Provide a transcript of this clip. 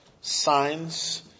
signs